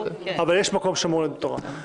אבל יש מקום שמור ליהדות התורה.